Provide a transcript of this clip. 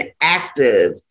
active